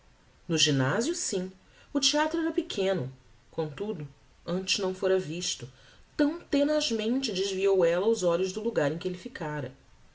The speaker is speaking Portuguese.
no gymnasio sim o theatro era pequeno comtudo antes não fôra visto tão tenazmente deviou ella os olhos do logar em que elle ficára